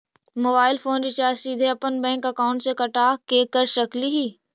Mobile phone recharge सीधे अपन bank account से कटा के कर सकली ही?